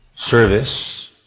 service